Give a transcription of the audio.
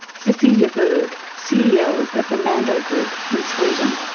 cecilia bergh, ceo of the mando group in sweden.